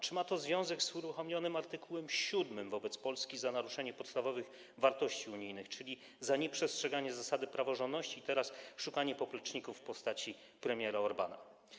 Czy ma to związek z uruchomieniem art. 7 wobec Polski za naruszenie podstawowych wartości unijnych, czyli za nieprzestrzeganie zasady praworządności, i teraz szukaniem popleczników w postaci premiera Orbána?